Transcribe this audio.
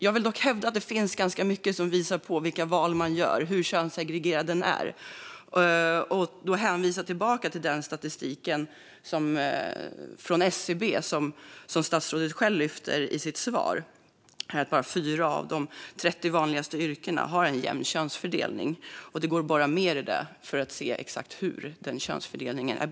Jag vill dock hävda att det finns ganska mycket som visar på vilka val man gör och hur könssegregerat det är. Då hänvisar jag tillbaka till den statistik från SCB som statsrådet själv lyfte i sitt svar. Bara 4 av de 30 vanligaste yrkena har en jämn könsfördelning. Det går att borra mer i det för att se exakt hur skev eller jämn könsfördelningen är.